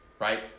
Right